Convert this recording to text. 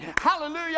Hallelujah